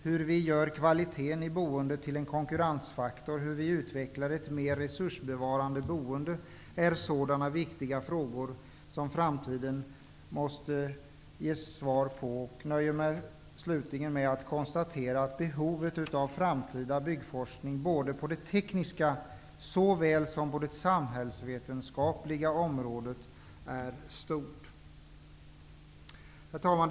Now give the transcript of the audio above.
Hur vi gör kvaliteten i boende till en konkurrensfaktor och hur vi utvecklar ett mer resursbevarande boende är sådana viktiga frågor som framtiden måste ge svar på. Jag nöjer mig med att konstatera att behovet av framtida byggforskning både på det tekniska området och på det samhällsvetenskapliga området är stort. Herr talman!